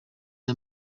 aya